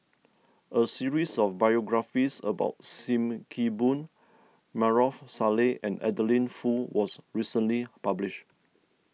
a series of biographies about Sim Kee Boon Maarof Salleh and Adeline Foo was recently published